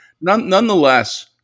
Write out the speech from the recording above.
nonetheless